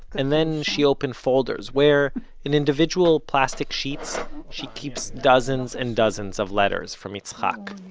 and then she opened folders, where in individual plastic sheets she keeps dozens and dozens of letters from yitzhak.